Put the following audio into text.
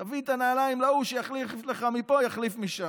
תביא את הנעליים להוא, שיחליף לך מפה, יחליף משם.